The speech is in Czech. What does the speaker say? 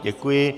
Děkuji.